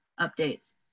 updates